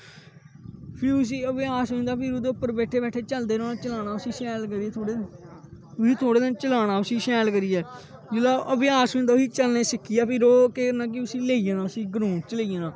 फिह् ओह् अभ्यास होई जंदा फिर ओहदे उप्पर बैठे बैठे चलदे रौहना चलांदे रौह्ना उसी शैल करियै थोह्ड़ा थोह्डे दिन चलाना उसी शैल करियै जिसलै ओह् अभ्यास होई जंदा उसी चलना सिक्खी जाए फिर ओह् करना कि उसी लेई जाना उसी ग्राउंड च लेई जाना